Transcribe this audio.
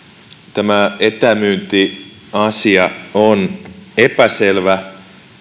tämä etämyyntiasia on epäselvä